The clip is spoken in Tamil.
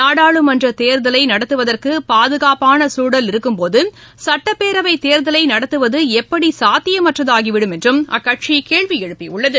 நாடாளுமன்ற தேர்தலை நடத்துவதற்கு பாதுகாப்பான சட்டப்பேரவை தேர்தலை நடத்துவது எப்படி சாத்தியமற்றதாகிவிடும் என்றும் அக்கட்சி கேள்வி எழுப்பியுள்ளது